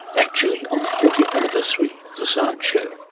actually on the fortieth anniversary of the science show.